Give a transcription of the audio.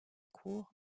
cour